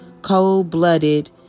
cold-blooded